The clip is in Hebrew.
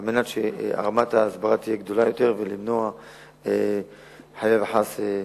על מנת שרמת ההסברה תהיה גבוהה יותר ולמנוע פגיעה בחיים חלילה וחס.